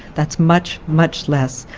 that's much, much less.